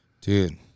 dude